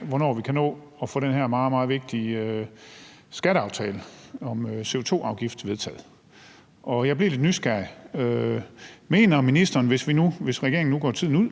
hvornår vi kan nå at få den her meget, meget vigtige skatteaftale om en CO2-afgift vedtaget, og jeg blev lidt nysgerrig. Hvis regeringen nu går tiden ud